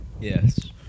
Yes